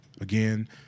Again